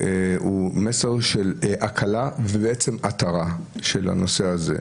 הוא מסר של הקלה ובעצם התרה של הנושא הזה.